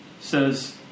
says